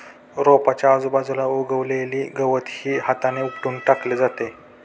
रोपाच्या आजूबाजूला उगवलेले गवतही हाताने उपटून टाकले जाते